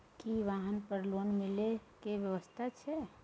की वाहन पर लोन मिले के व्यवस्था छै?